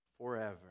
forever